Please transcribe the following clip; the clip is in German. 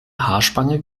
haarspange